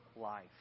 life